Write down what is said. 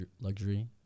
luxury